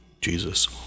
Jesus